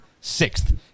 sixth